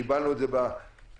קיבלנו את זה בצורה